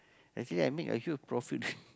actually I make a huge profit